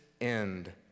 end